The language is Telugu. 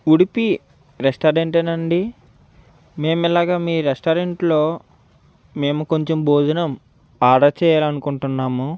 ఉడిపి రెస్టారెంటేనా అండి మేమిలాగా మీ రెస్టారెంట్లో మేము కొంచెం భోజనం ఆర్డర్ చేయాలని అకుంటున్నాము